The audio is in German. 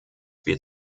wir